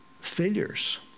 Failures